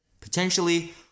potentially